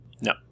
No